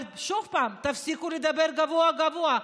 אבל שוב, תפסיקו לדבר גבוהה-גבוהה.